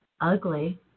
ugly